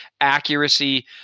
accuracy